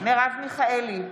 מרב מיכאלי,